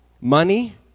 money